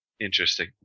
Interesting